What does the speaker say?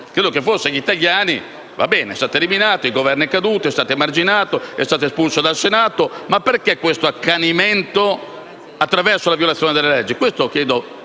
tipo di persecuzione. Va bene, è stato eliminato, il Governo è caduto, è stato emarginato, è stato espulso dal Senato; ma perché questo accanimento attraverso la violazione della legge? Questo chiedo,